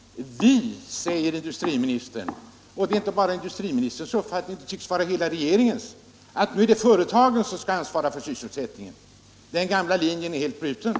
”Vi”, säger industriministern. Det är alltså inte bara industriministerns uppfattning, det tycks vara hela regeringens uppfattning 8 februari 1977 att nu är det företagen som skall ansvara för sysselsättningen.